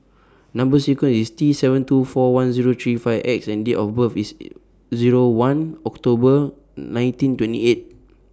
Number sequence IS T seven two four one Zero three five X and Date of birth IS Zero one October nineteen twenty eight